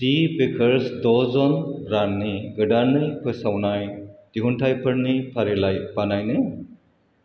दि bakers दजोन ब्रेन्डनि गोदानै फोसावनाय दिहुनथाइफोरनि फारिलाय बानायनो